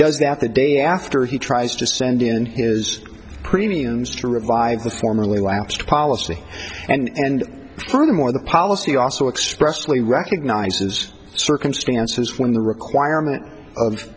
that the day after he tries to send in his premiums to revive the formerly lapsed policy and the more the policy also expressly recognizes circumstances when the requirement of